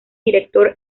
director